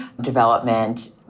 development